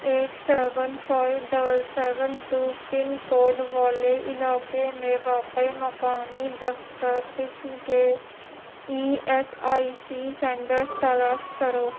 at seven five double seven two pin code والے علاقے میں واقع مقامی دفتر قسم کے E S I C centres تلاش کرو